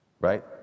right